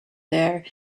there